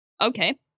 Okay